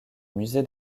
musée